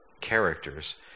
characters